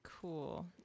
Cool